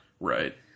Right